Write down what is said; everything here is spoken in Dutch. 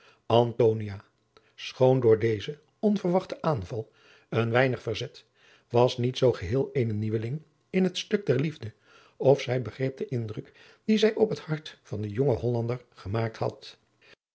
schoon door dezen onverwachten aanval een weinig verzet was niet zoo geheel eene nieuweling adriaan loosjes pzn het leven van maurits lijnslager in het stuk der liefde of zij begreep den indruk dien zij op het hart van den jongen hollander gemaakt had